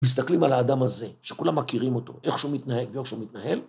מסתכלים על האדם הזה שכולם מכירים אותו איך שהוא מתנהג ואיך שהוא מתנהל...